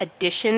addition